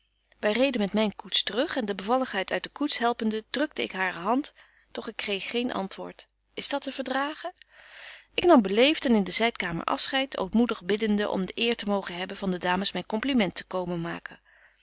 wy reden met myn koets te rug en de bevalligheid uit de koets helpende drukte ik hare hand doch ik kreeg geen antwoord is dat te verdragen ik nam beleeft en in de zydkamer afscheid ootmoedig biddende om de eer te mogen hebben van de dames myn compliment te komen maken